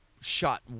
shot